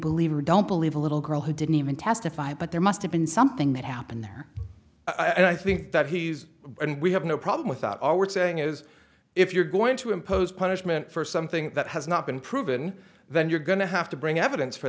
believe or don't believe a little girl who didn't even testify but there must have been something that happened there i think that he's and we have no problem with that all we're saying is if you're going to impose punishment for something that has not been proven then you're going to have to bring evidence for